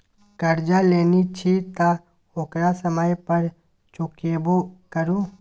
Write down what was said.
करजा लेने छी तँ ओकरा समय पर चुकेबो करु